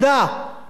המצפונית,